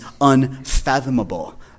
unfathomable